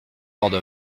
d’heure